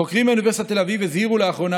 חוקרים מאוניברסיטת תל אביב הזהירו לאחרונה